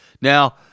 now